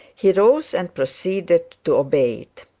he rose and proceeded to obey it.